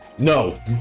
No